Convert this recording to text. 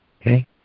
Okay